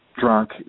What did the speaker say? drunk